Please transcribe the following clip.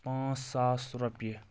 پانٛژھ ساس رۄپیہِ